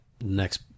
next